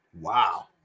Wow